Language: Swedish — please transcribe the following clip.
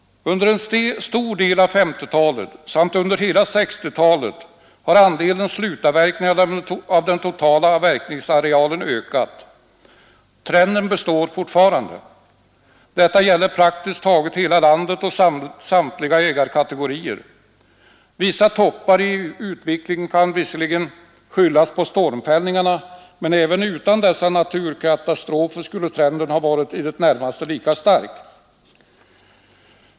Under en stor del av 1950-talet samt under hela 1960-talet har andelen slutavverkning av den totala avverkningsarealen ökat. Trenden består fortfarande. Detta gäller praktiskt taget hela landet och samtliga ägarkategorier. Vissa toppar i utvecklingen kan visserligen skyllas på stormfällningarna, men även utan dessa naturkatastrofer skulle trenden ha varit i det närmaste lika stark.